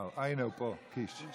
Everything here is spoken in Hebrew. הינה, הוא פה, קיש.